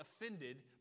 offended